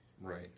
right